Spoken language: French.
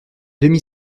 demi